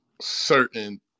certain